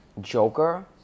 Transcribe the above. Joker